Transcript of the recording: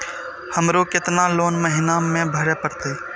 हमरो केतना लोन महीना में भरे परतें?